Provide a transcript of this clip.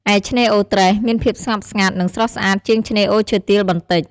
ឯ ឆ្នេរអូត្រេស មានភាពស្ងប់ស្ងាត់ និងស្រស់ស្អាតជាងឆ្នេរអូរឈើទាល បន្តិច។